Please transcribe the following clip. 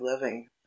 living